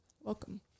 Welcome